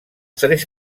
tres